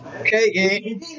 Okay